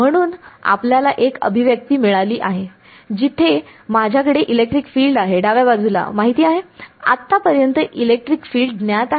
म्हणून आपल्याला एक अभिव्यक्ती मिळाली आहे जिथे माझ्याकडे इलेक्ट्रिक फील्ड आहे डाव्या बाजूला माहिती आहे आतापर्यंत इलेक्ट्रिक फील्ड ज्ञात आहे